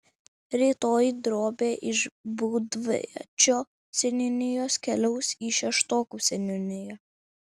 rytoj drobė iš būdviečio seniūnijos keliaus į šeštokų seniūniją